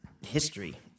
history